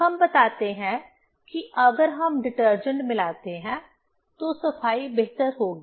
हम बताते हैं कि अगर हम डिटर्जेंट मिलाते हैं तो सफाई बेहतर होगी